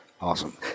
Awesome